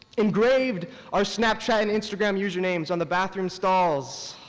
engraved our snapchat and instagram user names on the bathroom stalls,